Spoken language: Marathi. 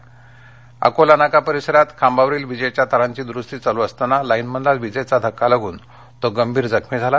तर अकोला नाका परिसरात खांबावरील विजेच्या तारांची दुरुस्ती चालू असताना लाईन मॅनला विजेचा धक्का लागून तो गंभीर जखमी झाला